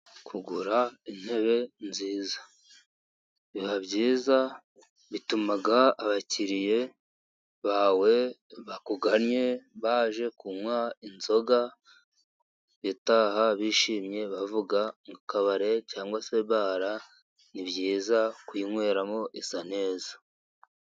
Kugura intebe nziza biba byiza, bituma abakiriye bawe bakugannye baje kunywa inzoga bataha bishimye, bavuga akabari cyangwa se bara ni byiza kuyinyweramo isa neza.